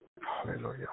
Hallelujah